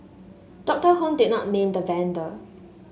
Doctor Hon did not name the vendor